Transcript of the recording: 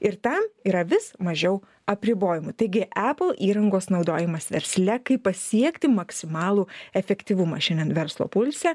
ir tam yra vis mažiau apribojimų taigi apple įrangos naudojimas versle kaip pasiekti maksimalų efektyvumą šiandien verslo pulse